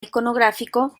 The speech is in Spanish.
iconográfico